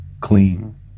clean